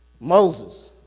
Moses